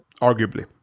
Arguably